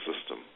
system